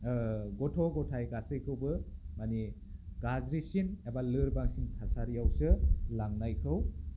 गथ' गथाय गासैखौबो मानि गाज्रिसिन एबा लोरबांसिन थासारियावसो लांनायखौ